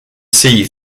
sea